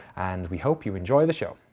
and we hope you enjoy the show.